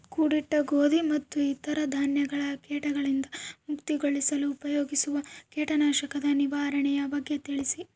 ಕೂಡಿಟ್ಟ ಗೋಧಿ ಮತ್ತು ಇತರ ಧಾನ್ಯಗಳ ಕೇಟಗಳಿಂದ ಮುಕ್ತಿಗೊಳಿಸಲು ಉಪಯೋಗಿಸುವ ಕೇಟನಾಶಕದ ನಿರ್ವಹಣೆಯ ಬಗ್ಗೆ ತಿಳಿಸಿ?